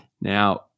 Now